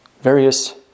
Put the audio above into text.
various